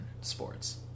sports